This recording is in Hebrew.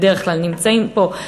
בדרך כלל נמצאים פה,